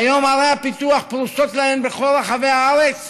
והיום ערי הפיתוח פרוסות להן בכל רחבי הארץ